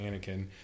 Anakin